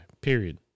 period